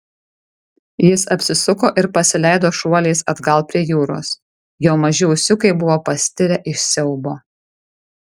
jis apsisuko ir pasileido šuoliais atgal prie jūros jo maži ūsiukai buvo pastirę iš siaubo